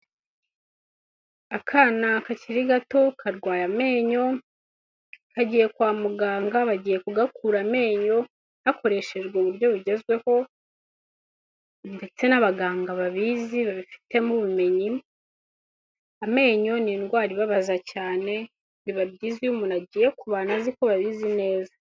Akana kakiri gato karwaye amenyo, kagiye kwa muganga bagiye kugakura amenyo hakoreshejwe uburyo bugezweho ndetse n'abaganga babizi babifitemo ubumenyi, amenyo ni indwara ibabaza cyane, biba byiza iyo umuntu agiye ku bantu azi ko babizi neza.